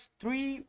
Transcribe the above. three